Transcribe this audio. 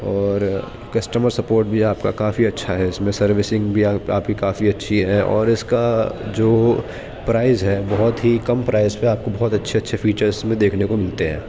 اور customer support بھی آپ کا کافی اچھا ہے اس میں سروسنگ بھی آپ کی کافی اچھی ہے اور اس کا جو پرائز ہے بہت ہی کم پرائس پہ آپ کو بہت اچھے اچھے فیچرس بھی دیکھنے کو ملتے ہیں